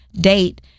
date